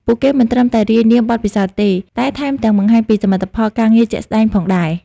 ពួកគេមិនត្រឹមតែរាយនាមបទពិសោធន៍ទេ តែថែមទាំងបង្ហាញពីសមិទ្ធផលការងារជាក់ស្តែងផងដែរ។